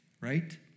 right